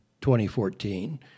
2014